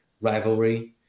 rivalry